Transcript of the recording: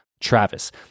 Travis